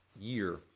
year